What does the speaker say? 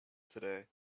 today